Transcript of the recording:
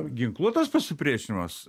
ginkluotas pasipriešinimas